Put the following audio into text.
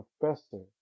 professor